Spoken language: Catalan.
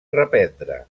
reprendre